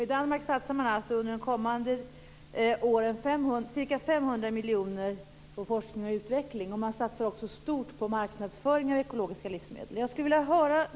I Danmark satsar man alltså under de kommande åren ca 500 miljoner på forskning och utveckling. Man satsar också stort på marknadsföring av ekologiska livsmedel.